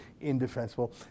indefensible